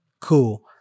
Cool